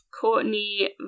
Courtney